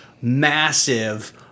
massive